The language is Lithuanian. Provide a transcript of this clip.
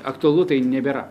aktualu tai nebėra